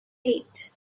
eight